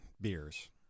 beers